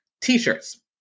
t-shirts